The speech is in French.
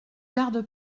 garde